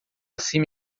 cima